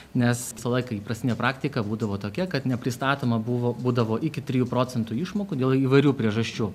nes visą laiką įprastinė praktika būdavo tokia kad nepristatoma buvo būdavo iki trijų procentų išmokų dėl įvairių priežasčių